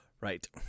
Right